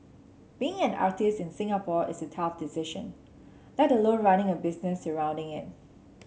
being an artist in Singapore is a tough decision let alone running a business surrounding it